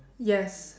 yes